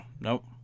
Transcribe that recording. Nope